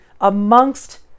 amongst